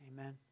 Amen